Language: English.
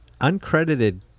uncredited